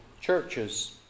churches